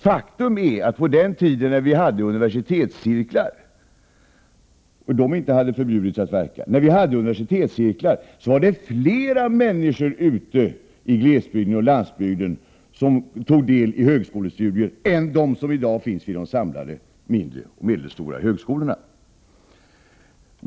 Faktum är att på den tiden vi hade universitetscirklar, då de inte var förbjudna att verka, var det fler människor i glesbygd och landsbygd som deltog i högskolestudier än som i dag totalt studerar vid de mindre och medelstora högskolorna.